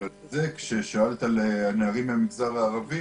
כששאלת על הנערים מהמגזר הערבי,